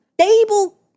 stable